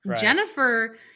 Jennifer